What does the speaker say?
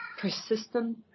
persistent